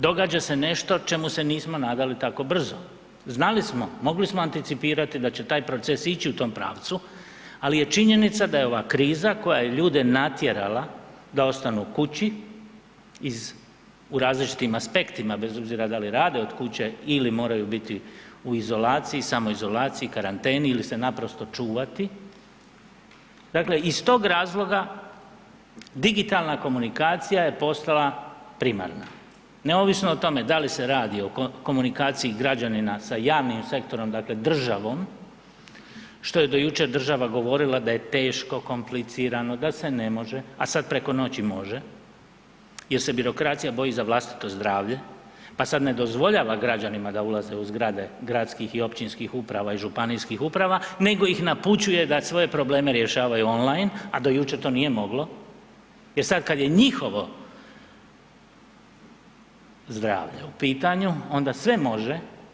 Događa se nešto čemu se nismo nadali tako brzo, znali smo, mogli smo anticipirati da će taj proces ići u tom pravcu, ali je činjenica da je ova kriza koja je ljude natjerala da ostanu kući u različitim aspektima, bez obzira da li rade od kuće ili moraju biti u izolaciji, samoizolaciji, karanteni ili se naprosto čuvati, dakle iz tog razloga digitalna komunikacija je postala primarna neovisno o tome da li se radi o komunikaciji građanina sa javnim sektorom, dakle državom, što je do jučer država govorila da je teško, komplicirano, da se ne može, a sad preko noći može jer se birokracija boji za vlastito zdravlje pa sada ne dozvoljava građanima da ulaze u zgrade gradskih i općinskih uprava i županijskih uprava nego ih napućuje da svoje probleme rješavaju online, a do jučer to nije moglo jer sada kada je njihovo zdravlje u pitanju onda sve može.